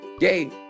Yay